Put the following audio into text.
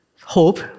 Hope